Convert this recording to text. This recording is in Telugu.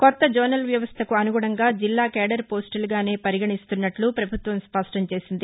కొత్త జోనల్ వ్యవస్థకు అనుగుణంగా జిల్లా కేడర్ పోస్టులుగానే పరిగణిస్తున్నట్లు స్పష్టంచేసిన ప్రభుత్వం స్పష్టంచేసింది